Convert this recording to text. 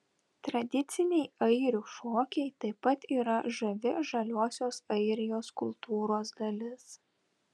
tradiciniai airių šokiai taip pat yra žavi žaliosios airijos kultūros dalis